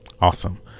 awesome